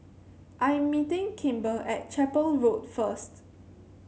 I am meeting Kimber at Chapel Road first